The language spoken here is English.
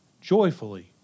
joyfully